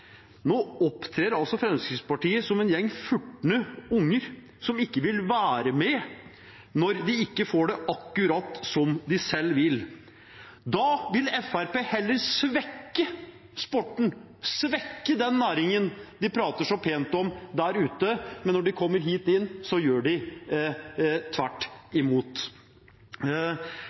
vil være med når de ikke får det akkurat som de selv vil. Da vil Fremskrittspartiet heller svekke sporten, svekke den næringen de prater så pent om der ute, men når de kommer hit inn, gjør de tvert